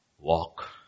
walk